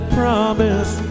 promise